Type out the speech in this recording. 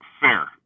Fair